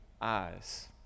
eyes